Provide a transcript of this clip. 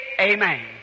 amen